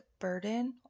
burden